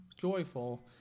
joyful